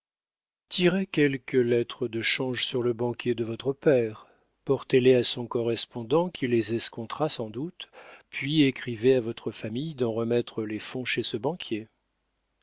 quelques lettres de change sur le banquier de votre père portez les à son correspondant qui les